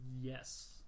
yes